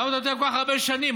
למה לוקח כל כך הרבה שנים?